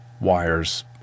wires